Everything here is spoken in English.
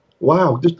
Wow